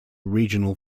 regional